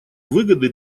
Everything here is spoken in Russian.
выгоды